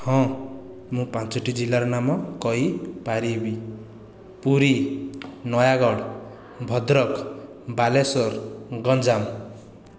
ହଁ ମୁଁ ପାଞ୍ଚୋଟି ଜିଲ୍ଲାର ନାମ କହିପାରିବି ପୁରୀ ନୟାଗଡ଼ ଭଦ୍ରକ ବାଲେଶ୍ୱର ଗଞ୍ଜାମ